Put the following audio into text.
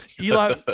Eli